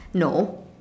no